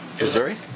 Missouri